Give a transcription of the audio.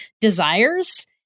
desires